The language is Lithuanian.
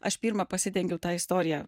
aš pirma pasidengiau tą istoriją